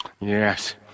Yes